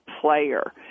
player